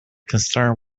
concerned